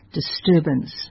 disturbance